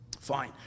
Fine